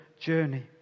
journey